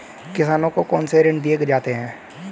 किसानों को कौन से ऋण दिए जाते हैं?